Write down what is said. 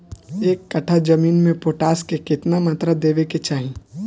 एक कट्ठा जमीन में पोटास के केतना मात्रा देवे के चाही?